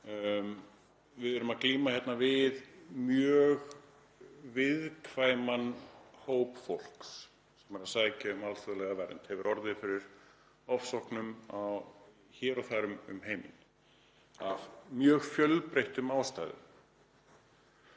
Við erum að glíma við mjög viðkvæman hóp fólks sem sækir um alþjóðlega vernd, hefur orðið fyrir ofsóknum hér og þar um heiminn af mjög fjölbreyttum ástæðum.